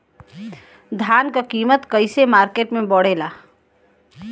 धान क कीमत कईसे मार्केट में बड़ेला?